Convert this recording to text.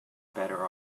better